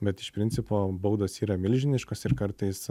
bet iš principo baudos yra milžiniškos ir kartais